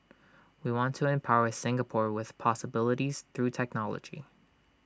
we want to empower Singapore with possibilities through technology